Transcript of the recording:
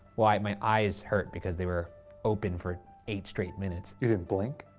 why my eyes hurt because they were open for eight straight minutes. you didn't blink?